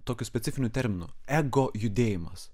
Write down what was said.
tokiu specifiniu terminu ego judėjimas